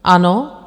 Ano?